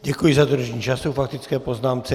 Děkuji za dodržení času k faktické poznámce.